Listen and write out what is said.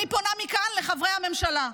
ואני פונה מכאן לחברי הממשלה,